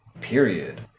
period